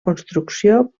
construcció